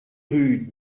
rue